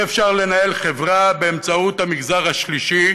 אי-אפשר לבנות חברה באמצעות המגזר השלישי,